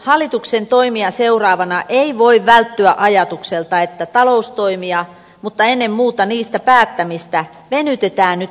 hallituksen toimia seuraavana ei voi välttyä ajatukselta että taloustoimia mutta ennen muuta niistä päättämistä venytetään nyt liian pitkälle